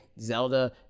Zelda